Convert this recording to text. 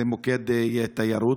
זה מוקד תיירות,